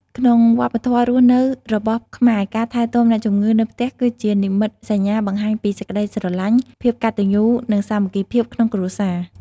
ក្នុងវប្បធម៌រស់នៅរបស់ខ្មែរ ការថែទាំអ្នកជម្ងឺនៅផ្ទះគឺជានិមិត្តសញ្ញាបង្ហាញពីសេចក្ដីស្រឡាញ់ ភាពកត្តញ្ញូ និងសាមគ្គីភាពក្នុងគ្រួសារ។